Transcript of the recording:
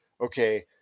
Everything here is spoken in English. okay